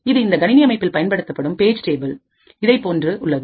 இது இந்த கணினி அமைப்பில் பயன்படுத்தப்படும்பேஜ் டேபிள் இதை போன்று உள்ளது